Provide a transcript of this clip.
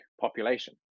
population